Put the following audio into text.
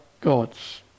gods